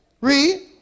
Read